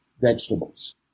vegetables